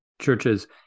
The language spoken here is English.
churches